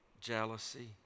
jealousy